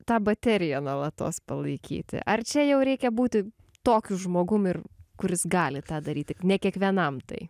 tą bateriją nuolatos palaikyti ar čia jau reikia būti tokiu žmogum ir kuris gali tą daryti tik ne kiekvienam tai